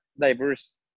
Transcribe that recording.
diverse